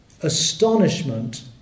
astonishment